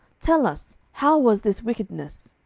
tell us, how was this wickedness?